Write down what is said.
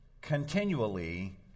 continually